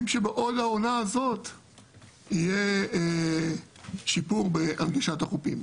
אנחנו מקווים שעוד העונה האת יהיה שיפור בהנגשת החופים.